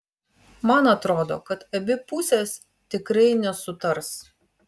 man atrodo kad abi pusės tikrai nesutars